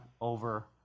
over